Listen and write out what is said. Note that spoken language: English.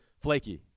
flaky